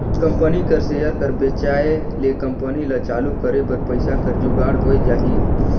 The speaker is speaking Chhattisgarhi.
कंपनी कर सेयर कर बेंचाए ले कंपनी ल चालू करे बर पइसा कर जुगाड़ होए जाही